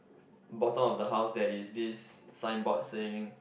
bottom of the house there is this sign board saying